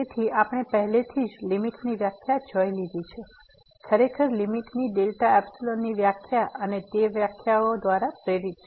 તેથી આપણે પહેલાથી જ લીમીટની વ્યાખ્યા જોઇ લીધી છે ખરેખર લીમીટની ડેલ્ટા એપ્સિલન વ્યાખ્યા અને તે વ્યાખ્યાઓ દ્વારા પ્રેરિત છે